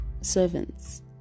servants